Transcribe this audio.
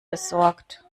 besorgt